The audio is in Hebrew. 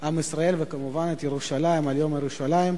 עם ישראל וכמובן את ירושלים על יום ירושלים.